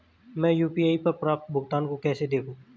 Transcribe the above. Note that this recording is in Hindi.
मैं यू.पी.आई पर प्राप्त भुगतान को कैसे देखूं?